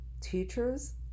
teachers